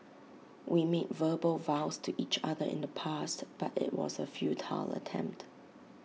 we made verbal vows to each other in the past but IT was A futile attempt